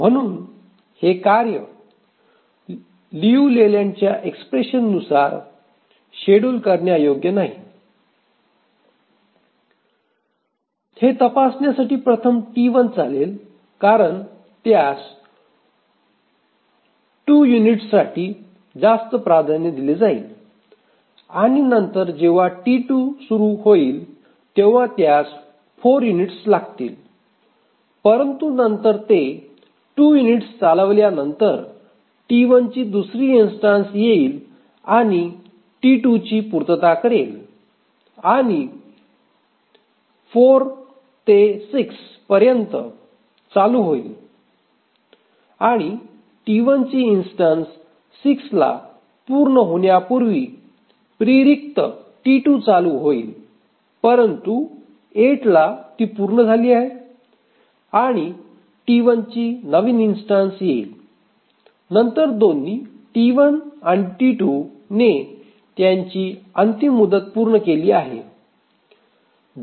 आहे म्हणून हि कार्य लियू लेलँडच्या एक्स्प्रेशन नुसार शेड्युल करण्यायोग्य नाही हे तपासण्यासाठी प्रथम T 1 चालेल कारण त्यास 2 युनिट्ससाठी जास्त प्राधान्य दिले जाईल आणि नंतर जेव्हा T2 सुरू होईल तेव्हा त्यास 4 युनिट्स लागतील परंतु नंतर ते 2 युनिट्स चालवल्यानंतर T 1 ची दुसरी इन्स्टन्स येईल आणि ती T2 ची पूर्तता करेल आणि 4 ते 6 पर्यंत चालू होईल आणि T1 ची इन्स्टन्स 6 ला पूर्ण होण्यापुर्वी प्री रिक्त T 2 चालू होईल परंतु 8 ला ती पूर्ण झाली आहे आणि T1 ची नवीन इन्स्टन्स येईल नंतर दोन्ही T1 आणि T2 ने त्यांची अंतिम मुदत पूर्ण केली आहे